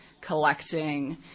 collecting